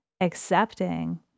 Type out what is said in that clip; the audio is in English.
accepting